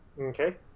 Okay